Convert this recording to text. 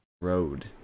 Road